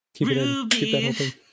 ruby